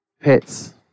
Pets